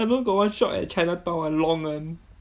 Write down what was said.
I know got one shop at chinatown a long one